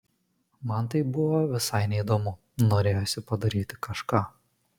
man tai buvo visai neįdomu norėjosi padaryti kažką